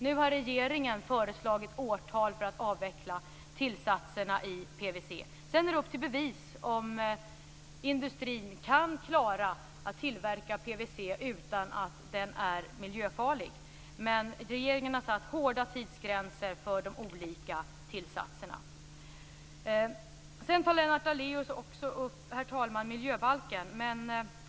Nu har regeringen föreslagit årtal för avveckling av tillsatserna i PVC. Det är sedan upp till bevis om industrin klarar att tillverka PVC som inte är miljöfarlig. Regeringen har satt hårda tidsgränser för de olika tillsatserna. Herr talman! Lennart Daléus tar också upp miljöbalken.